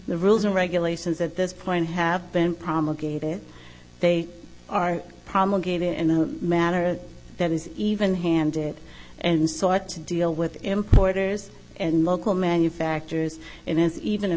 the rules or regulations at this point have been promulgated they are promulgated and the matter that is even handed and sought to deal with importers and local manufacturers and even in